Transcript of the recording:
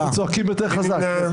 מי נמנע?